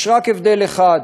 יש רק הבדל אחד,